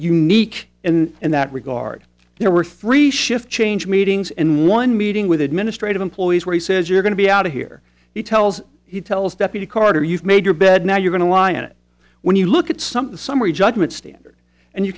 unique in that regard there were three shift change meetings and one meeting with administrative employees where he says you're going to be out of here he tells he tells deputy carter you've made your bed now you're going to lie on it when you look at something summary judgment standard and you